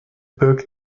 book